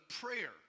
prayer